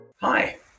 Hi